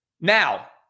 Now